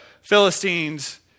Philistines